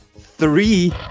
three